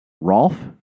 Rolf